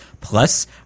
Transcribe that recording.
Plus